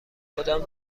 کدام